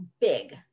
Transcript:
big